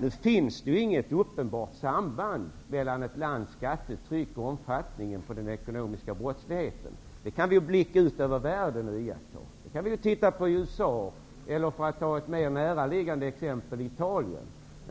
Det finns inget uppenbart samband mellan ett lands skattetryck och omfattningen på den ekonomiska brottsligheten. Vi kan blicka ut över världen och iaktta. Vi kan se på hur det är i USA eller, för att ta ett mera näraliggande land, Italien.